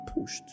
pushed